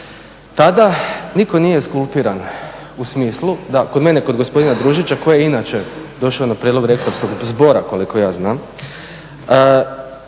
tada nitko nije eskulpiran u smislu da mene kod gospodina Družića koji je inače došao na prijedlog rektorskog zbora koliko ja znam